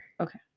Okay